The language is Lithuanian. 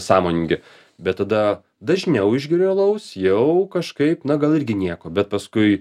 sąmoningi bet tada dažniau išgeri alaus jau kažkaip na gal irgi nieko bet paskui